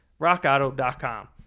rockauto.com